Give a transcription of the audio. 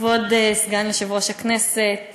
כבוד סגן יושב-ראש הכנסת,